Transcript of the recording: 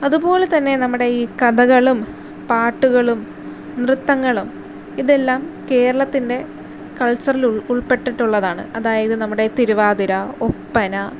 അതുപോലെ തന്നെ നമ്മുടെ ടെ ഈ കഥകളും പാട്ടുകളും നൃത്തങ്ങളും ഇതെല്ലാം കേരളത്തിൻ്റെ കൾച്ചറിൽ ഉൾപ്പെട്ടിട്ടുള്ളതാണ് അതായത് നമ്മുടെ ഈ തിരുവാതിര ഒപ്പന